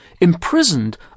imprisoned